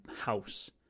house